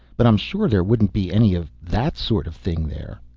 but i'm sure there wouldn't be any of that sort of thing there.